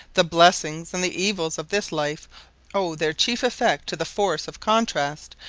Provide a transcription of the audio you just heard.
the blessings and the evils of this life owe their chief effect to the force of contrast,